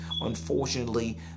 unfortunately